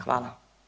Hvala.